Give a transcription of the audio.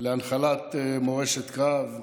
להנחלת מורשת הקרב,